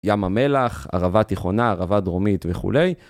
ים המלח, ערבה תיכונה, ערבה דרומית וכולי.